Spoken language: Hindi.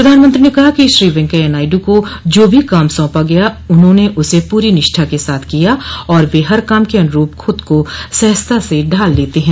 प्रधानमंत्री ने कहा कि श्री वेंकैया नायडू को जो भी काम सौंपा गया उसे उन्होंने पूरी निष्ठा के साथ किया और वे हर काम के अनुरूप खुद को सहजता से ढाल लेते हैं